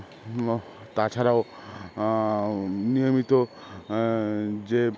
তাছাড়াও নিয়মিত যে